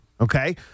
okay